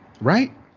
Right